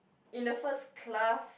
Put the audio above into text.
in the first class